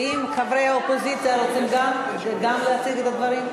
ואם גם חברי האופוזיציה רוצים להציג את הדברים,